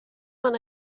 when